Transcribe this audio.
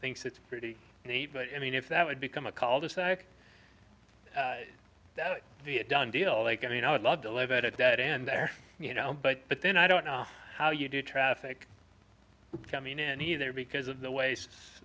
thinks it's pretty neat but i mean if that would become a cul de sac that it be a done deal like i mean i would love to live it at that and there you know but but then i don't know how you do traffic coming in either because of the ways